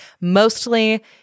mostly